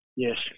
Yes